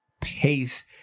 pace